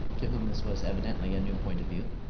to whom this was evidently a new point of view.